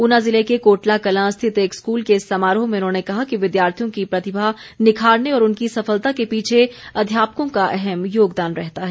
ऊना जिले के कोटला कलां स्थित एक स्कूल के समारोह में उन्होंने कहा कि विद्यार्थियों की प्रतिभा निखारने और उनकी सफलता के पीछे अध्यापकों का अहम योगदान रहता है